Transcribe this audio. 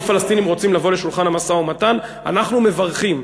אם הפלסטינים רוצים לבוא לשולחן המשא-ומתן אנחנו מברכים,